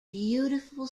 beautiful